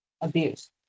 abuse